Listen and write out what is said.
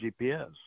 GPS